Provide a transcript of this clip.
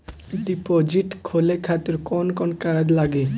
Deposit खोले खातिर कौन कौन कागज लागी?